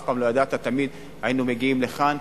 אף פעם לא ידעת, תמיד היינו מגיעים לכאן,